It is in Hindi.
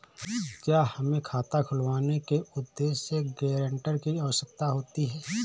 क्या हमें खाता खुलवाने के उद्देश्य से गैरेंटर की आवश्यकता होती है?